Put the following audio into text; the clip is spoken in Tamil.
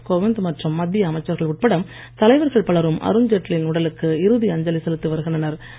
ராம்நாத் கோவிந்த் மற்றும் மத்திய அமைச்சர்கள் உட்பட தலைவர்கள் பலரும் அருண்ஜெட்லியின் உடலுக்கு இறுதி அஞ்சலி செலுத்தி வருகின்றனர்